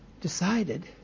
decided